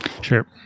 sure